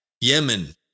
Yemen